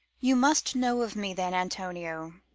you must know of me then, antonio,